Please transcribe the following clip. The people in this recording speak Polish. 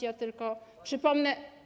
Ja tylko przypomnę.